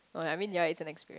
oh I mean yea it can experience